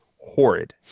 horrid